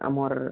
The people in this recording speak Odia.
ଆମର୍